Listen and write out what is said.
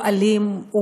הוא אלים,